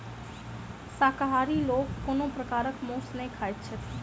शाकाहारी लोक कोनो प्रकारक मौंस नै खाइत छथि